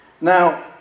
Now